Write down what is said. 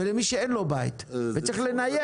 ולמי שאין לו בית וצריך לנייד.